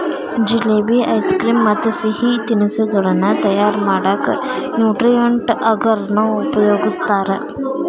jalebi, ice cream ಮತ್ತ್ ಸಿಹಿ ತಿನಿಸಗಳನ್ನ ತಯಾರ್ ಮಾಡಕ್ ನ್ಯೂಟ್ರಿಯೆಂಟ್ ಅಗರ್ ನ ಉಪಯೋಗಸ್ತಾರ